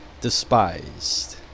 despised